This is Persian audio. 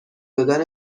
دادن